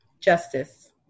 justice